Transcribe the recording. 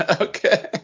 Okay